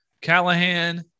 callahan